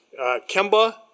Kemba